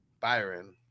Byron